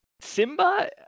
Simba